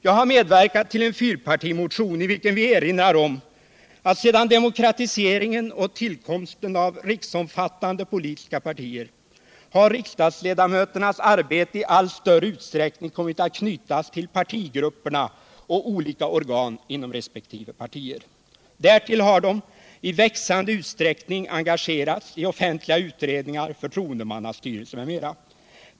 Jag har medverkat till en fyrpartimotion, i vilken vi erinrar om att sedan demokratiseringen och tillkomsten av riksomfattande politiska partier har riksdagsledamöternas arbete i allt större utsträckning kommit att knytas till partigrupperna och olika organ inom resp. partier. Därtill har de i växande utsträckning engagerats i offentliga utredningar, förtroendemannastyrelser m.m.